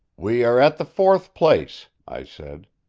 we are at the fourth place, i said.